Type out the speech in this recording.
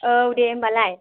औ दे होमबालाय